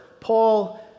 Paul